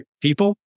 people